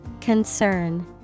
Concern